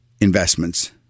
investments